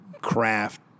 craft